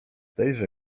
tejże